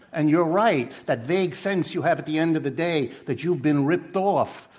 and you're right, that vague sense you have at the end of the day that you've been ripped off,